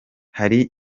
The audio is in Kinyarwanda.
hari